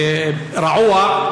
רעוע,